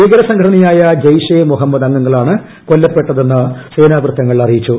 ഭീകരസംഘടനയായ ജയ്ഷെ മൊഹമ്മദ് അംഗങ്ങളാണ് കൊല്ലപ്പെട്ടതെന്ന് സേനാവൃത്തങ്ങൾ അറിയിച്ചു